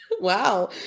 Wow